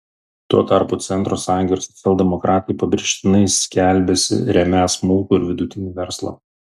tuo tarpu centro sąjunga ir socialdemokratai pabrėžtinai skelbiasi remią smulkų ir vidutinį verslą